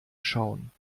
schauen